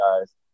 guys